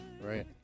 right